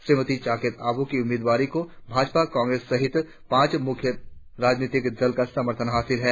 श्रीमती चाकत आबोह की उम्मीदवारी को भाजपा कांग्रेस सहित पांच मुख्य राजनीतिक दलों का समर्थन हासिल है